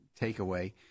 takeaway